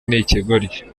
nikigoryi